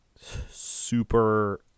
super